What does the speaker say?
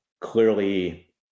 clearly